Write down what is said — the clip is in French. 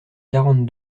quarante